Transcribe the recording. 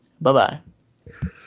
Bye-bye